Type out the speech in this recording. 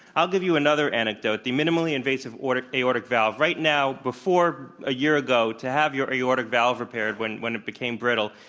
i'll give you another anecdote. the minimally invasive aortic valve, right now, before a year ago, to have your aortic valve repaired when when it became brittle,